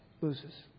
loses